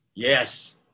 Yes